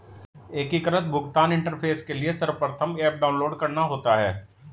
एकीकृत भुगतान इंटरफेस के लिए सर्वप्रथम ऐप डाउनलोड करना होता है